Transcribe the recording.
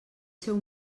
seu